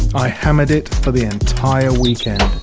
i hammered it for the entire weekend.